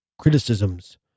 criticisms